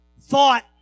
Thought